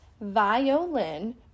Violin